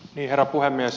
herra puhemies